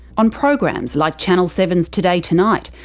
on programs like channel seven's today tonight,